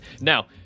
Now